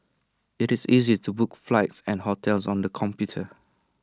IT is easy to book flights and hotels on the computer